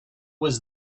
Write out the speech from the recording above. was